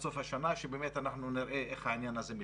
סוף השנה שבאמת אנחנו נראה איך העניין הזה מתקדם.